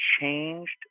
changed